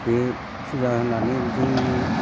बियो फुजा होनानै जोंनि